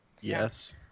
Yes